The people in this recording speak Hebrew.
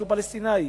שהוא פלסטיני.